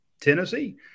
Tennessee